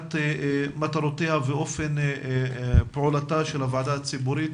הצגת מטרותיה ואופן פעולתה של הוועדה הציבורית